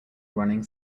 running